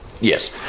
Yes